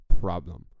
problem